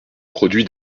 produits